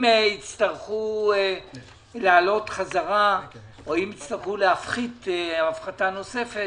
יצטרכו להעלות חזרה או אם יצטרכו להפחית הפחתה נוספת